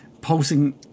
pulsing